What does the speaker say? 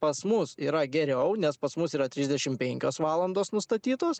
pas mus yra geriau nes pas mus yra trisdešim penkios valandos nustatytos